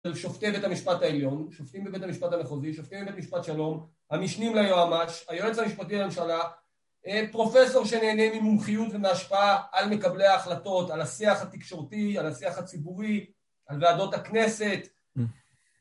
של שופטי בית המשפט העליון, שופטים בבית המשפט המחוזי, שופטים בבית משפט שלום, המשנים ליועמש, היועץ המשפטי לממשלה, פרופסור שנהנה ממומחיות ומהשפעה על מקבלי ההחלטות, על השיח התקשורתי, על השיח הציבורי, על ועדות הכנסת.